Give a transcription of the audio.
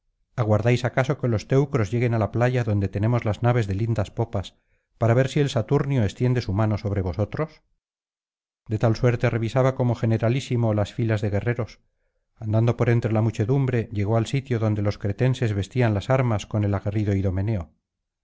aguardáis acaso que los teucros lleguen á la playa donde tenemos las naves de lindas popas para ver si el saturnio extiende su mano sobre vosotros de tal suerte revistaba como generalísimo las filas de guerreros andando por entre la muchedumbre llegó al sitio donde los cretenses vestían las armas con el aguerrido idomeneo